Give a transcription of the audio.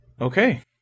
okay